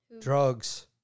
drugs